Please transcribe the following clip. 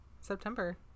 september